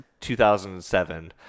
2007